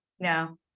No